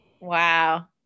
Wow